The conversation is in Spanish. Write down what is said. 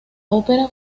ópera